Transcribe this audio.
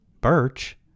Birch